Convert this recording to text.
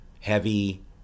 heavy